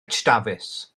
dafis